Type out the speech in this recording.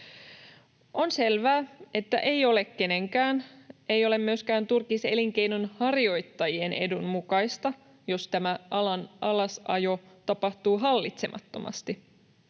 On selvää, että ei ole kenenkään, myöskään turkiselinkeinon harjoittajien, edun mukaista, jos alan alasajo tapahtuu hallitsemattomasti.